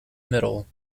middle